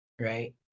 right